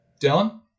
Dylan